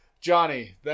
Johnny